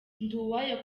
nduwayo